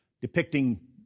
depicting